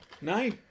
No